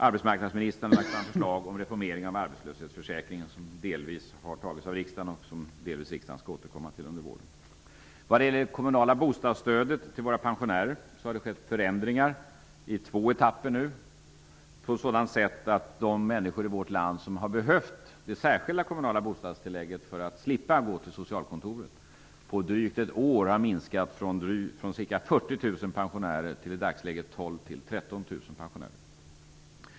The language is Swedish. Arbetsmarknadsministern har lagt fram förslag om reformering av arbetslöshetförsäkringen, vilket delvis har antagits av riksdagen. Delvis skall riksdagen återkomma till detta under våren. Vad gäller det kommunala bostadsstödet till våra pensionärer har det skett förändringar i två etapper på sådant sätt att de människor i vårt land som har behövt det särskilda kommunala bostadstillägget för att slippa gå till socialkontoret på drygt ett år har minskat från ca 40 000 pensionärer till i dagsläget 12 000--13 000 pensionärer.